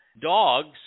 dogs